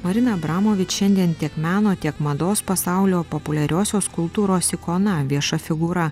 marina abramovič šiandien tiek meno tiek mados pasaulio populiariosios kultūros ikona vieša figūra